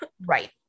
Right